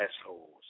assholes